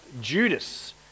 Judas